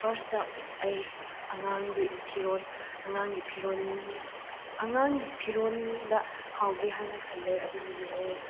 first ꯑꯩ ꯑꯉꯥꯡꯒꯤ ꯐꯤꯔꯣꯟ ꯑꯉꯥꯡꯒꯤ ꯐꯤꯔꯣꯟ ꯑꯉꯥꯡꯒꯤ ꯐꯤꯔꯣꯟꯗ ꯍꯧꯒꯦ ꯍꯥꯏꯅ ꯈꯜꯂꯦ ꯑꯗꯨꯗꯒꯤ ꯑꯩ